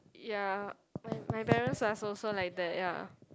ya when my parents are also like that ya